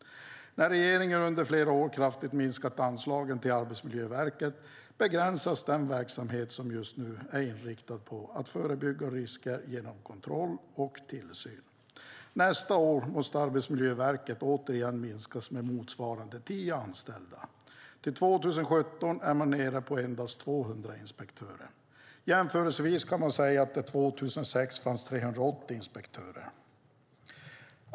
När regeringen under flera år kraftigt har minskat anslagen till Arbetsmiljöverket begränsas den verksamhet som just nu är inriktad på att förebygga risker genom kontroll och tillsyn. Nästa år måste Arbetsmiljöverket återigen minskas med motsvarande 10 anställda. Till 2017 är man nere på endast 200 inspektörer. Jämförelsevis kan man nämna att det fanns 380 inspektörer år 2006.